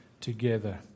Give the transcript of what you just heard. together